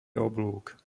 oblúk